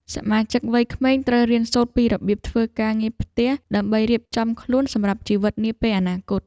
សមាជិកវ័យក្មេងត្រូវរៀនសូត្រពីរបៀបធ្វើការងារផ្ទះដើម្បីរៀបចំខ្លួនសម្រាប់ជីវិតនាពេលអនាគត។